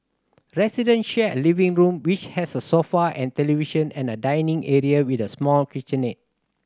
resident share a living room which has a sofa and television and a dining area with a small kitchenette